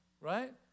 Right